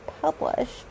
published